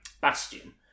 bastion